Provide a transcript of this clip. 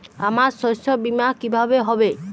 আমার শস্য বীমা কিভাবে হবে?